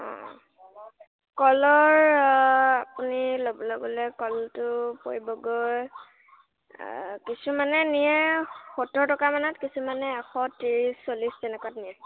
কলৰ আপুনি ল'বলৈ গ'লে কলটো পৰিবগৈ কিছুমানে নিয়ে সত্তৰ টকা মানত কিছুমানে এশ ত্ৰিছ চল্লিশ তেনেকুৱাত নিয়ে